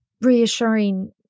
reassuring